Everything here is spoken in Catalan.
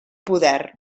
poder